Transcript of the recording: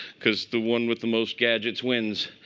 because the one with the most gadgets wins.